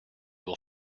will